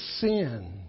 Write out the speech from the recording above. sin